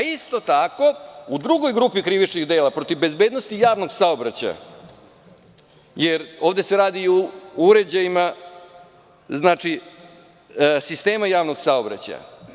Isto tako u drugoj grupi krivičnih dela protiv bezbednosti javnog saobraćaja, jer ovde se radi i o uređajima sistema javnog saobraćaja.